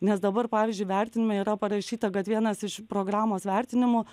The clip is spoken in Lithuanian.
nes dabar pavyzdžiui vertinime yra parašyta kad vienas iš programos vertinimų